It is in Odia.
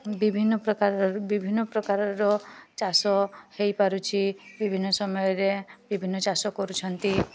ବିଭିନ୍ନ ପ୍ରକାରର ବିଭିନ୍ନ ପ୍ରକାରର ଚାଷ ହୋଇପାରୁଛି ବିଭିନ୍ନ ସମୟରେ ବିଭିନ୍ନ ଚାଷ କରୁଛନ୍ତି